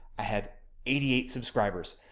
i had eighty eight subscribers.